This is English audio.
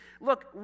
look